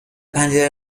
پنجره